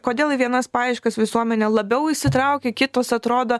kodėl į vienas paieškas visuomenė labiau įsitraukia kitos atrodo